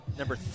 number